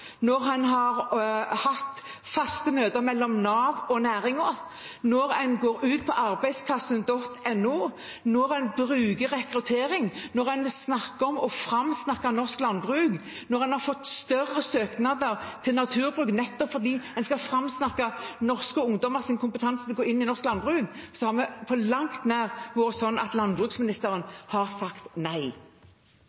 når man har hatt faste møter mellom Nav og næringen, når man går ut på arbeidsplassen.no, når man bruker rekruttering, når man snakker om å framsnakke norsk landbruk, når man har fått flere søknader til naturbruk nettopp fordi man skal framsnakke norske ungdommers kompetanse inn i norsk landbruk, har det på langt nær vært slik at landbruksministeren